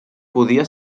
podia